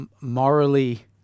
morally